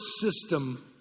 system